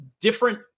different